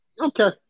okay